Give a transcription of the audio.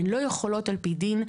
הן לא יכולות על פי דין.